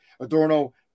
Adorno